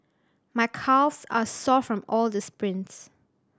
my calves are sore from all the sprints